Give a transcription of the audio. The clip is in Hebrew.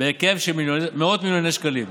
בהיקף של מאות מיליוני שקלים,